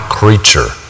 creature